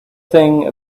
thing